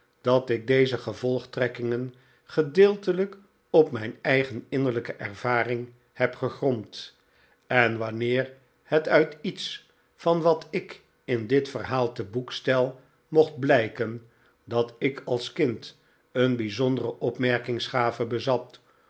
dat ik deze gevolgtrekkingen gedeeltelijk op mijn eigen innerlijke ervaring heb gegrond en wanneer het uit iets van wat ik in dit verhaal te boek stel mocht blijken dat ik als kind een bijzondere opmerkingsgave bezat